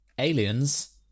Aliens